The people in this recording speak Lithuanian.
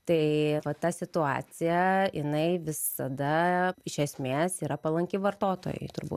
tai vat ta situacija jinai visada iš esmės yra palanki vartotojui turbūt